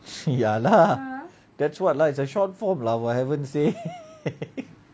ya lah that's what lah is a short form lah whatever you say